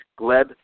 Gleb